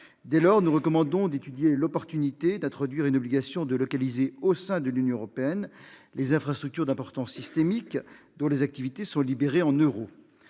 Dès lors, nous recommandons d'étudier l'intérêt d'introduire une obligation de localiser au sein de l'Union européenne les infrastructures d'importance systémique dont les activités sont libellées en euros.